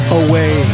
away